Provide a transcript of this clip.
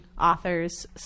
authors